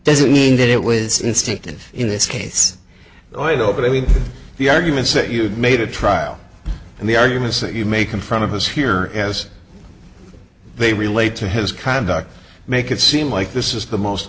doesn't mean that it was instinctive in this case the oil but i mean the arguments that you made a trial and the arguments that you make in front of us here as they relate to his conduct make it seem like this is the most